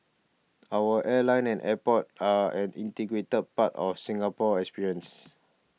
our airline and airport are an part of the Singapore experience